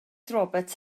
roberts